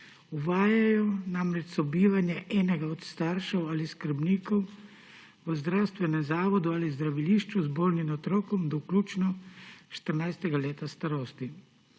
Uvajajo namreč sobivanje enega od staršev ali skrbnikov v zdravstvenem zavodu ali zdravilišču z bolnim otrokom do vključno 14. leta starosti.